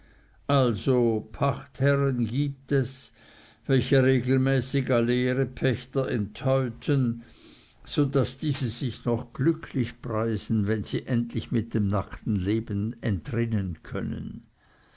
also pachtherren gibt es welche regelmäßig alle ihre pächter enthäuten so daß diese sich noch glücklich preisen wenn sie endlich mit dem nackten leben entrinnen können